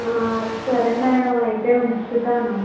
సరే మ్యాడం అయితే ఉంచుతాను